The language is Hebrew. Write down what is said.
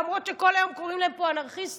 למרות שכל היום קוראים להם פה "אנרכיסטים".